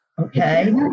Okay